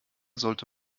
sollte